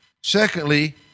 Secondly